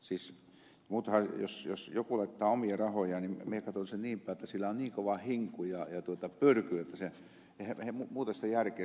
siis se että joku laittaa omia rahojaan niin minä katson sen niinpäin että sillä on niin kova hinku ja pyrky että eihän muuten siinä ole järkeä